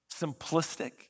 simplistic